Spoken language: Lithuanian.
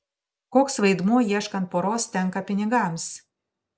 koks vaidmuo ieškant poros tenka pinigams